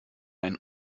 ein